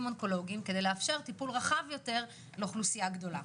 אונקולוגיים כדי לאפשר טיפול רחב יותר לאוכלוסייה גדולה.